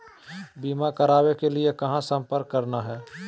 बीमा करावे के लिए कहा संपर्क करना है?